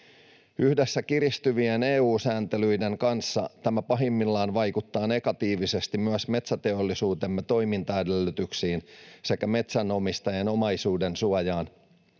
Yhdessä kiristyvien EU-sääntelyiden kanssa tämä pahimmillaan vaikuttaa negatiivisesti myös metsäteollisuutemme toimintaedellytyksiin sekä metsänomistajien omaisuudensuojaan.